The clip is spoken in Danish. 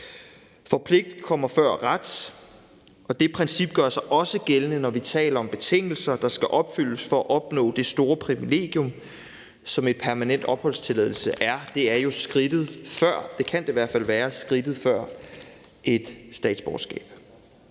For pligt kommer før ret, og det princip gør sig også gældende, når vi taler om betingelser, der skal opfyldes for at opnå det store privilegium, som en permanent opholdstilladelse er. Det er jo skridtet før et statsborgerskab;